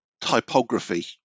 typography